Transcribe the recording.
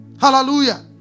Hallelujah